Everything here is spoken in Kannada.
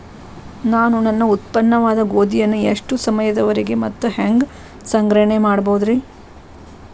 ನಾನು ನನ್ನ ಉತ್ಪನ್ನವಾದ ಗೋಧಿಯನ್ನ ಎಷ್ಟು ಸಮಯದವರೆಗೆ ಮತ್ತ ಹ್ಯಾಂಗ ಸಂಗ್ರಹಣೆ ಮಾಡಬಹುದುರೇ?